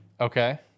Okay